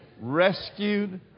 Rescued